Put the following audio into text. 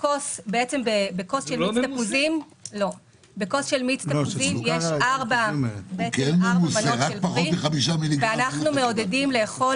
בכוס של מיץ תפוזים יש ארבע מנות של פרי ואנחנו מעודדים לאכול